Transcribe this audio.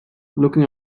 looking